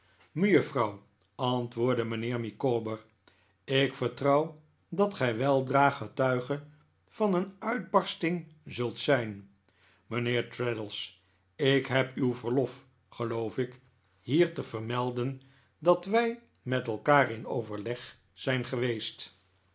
mejuffrouw antwoordde mijnheer micawber ik vertrouw dat gij weldra getuige van een uitbarsting zult zijn mijnheer traddles ik heb uw verlof geloof ik hier te vermelden dat wij met elkaar in overleg zijn geweest